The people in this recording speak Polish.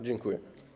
Dziękuję.